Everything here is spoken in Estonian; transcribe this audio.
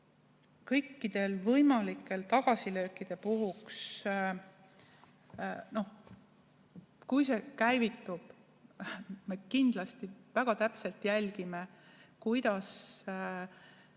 kõikide võimalike tagasilöökide puhuks, kui see [muudatus] käivitub, me kindlasti väga täpselt jälgime, kuidas